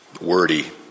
wordy